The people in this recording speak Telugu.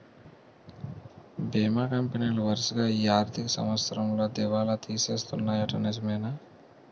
బీమా కంపెనీలు వరసగా ఈ ఆర్థిక సంవత్సరంలో దివాల తీసేస్తన్నాయ్యట నిజమేనా